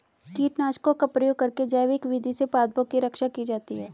कीटनाशकों का प्रयोग करके जैविक विधि से पादपों की रक्षा की जाती है